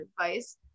advice